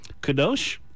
kadosh